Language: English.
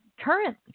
current